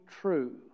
true